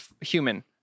human